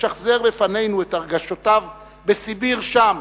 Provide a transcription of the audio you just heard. לשחזר בפנינו את הרגשותיו בסיביר, שם,